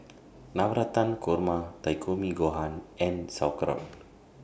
Navratan Korma Takikomi Gohan and Sauerkraut